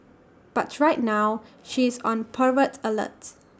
but right now she is on pervert alert